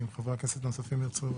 אם חברי כנסת נוספים ירצו,